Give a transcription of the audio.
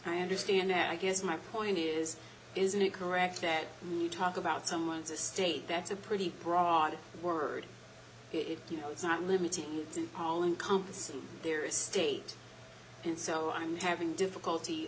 i understand i guess my point is isn't it correct that when you talk about someone's a state that's a pretty broad word it's you know it's not limiting it's an all encompassing their estate and so i'm having difficulty